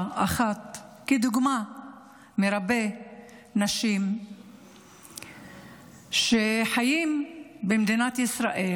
אחת כדוגמה לנשים רבות שחיות במדינת ישראל,